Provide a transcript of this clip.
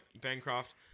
Bancroft